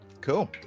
cool